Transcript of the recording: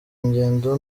ngendo